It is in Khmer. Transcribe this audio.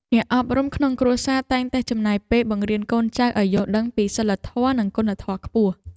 អ្នកអប់រំក្នុងគ្រួសារតែងតែចំណាយពេលបង្រៀនកូនចៅឱ្យយល់ដឹងពីសីលធម៌ និងគុណធម៌ខ្ពស់។